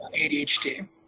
ADHD